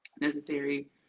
necessary